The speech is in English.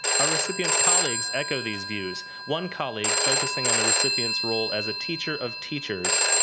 our recipient's colleagues echo these views. one colleague, focusing on the recipient's role as a teacher of teachers,